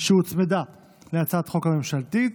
שהוצמדה להצעת החוק הממשלתית.